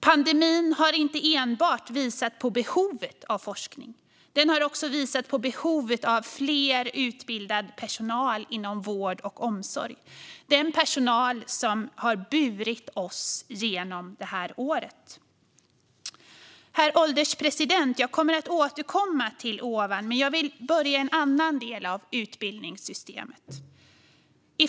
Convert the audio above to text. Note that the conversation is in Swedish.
Pandemin har inte enbart visat på behovet av forskning. Den har också visat på behovet av mer utbildad personal inom vård och omsorg. Det är den personal som har burit oss genom det här året. Herr ålderspresident! Jag kommer att återkomma till det jag nyss nämnde, men jag vill börja i en annan del av utbildningssystemet.